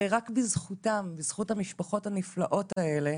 הרי, רק בזכותן, בזכות המשפחות הנפלאות האלה